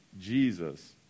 Jesus